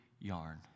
yarn